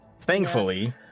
thankfully